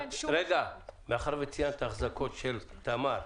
מאחר וציינת החזקות של תמר,